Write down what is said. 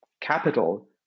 capital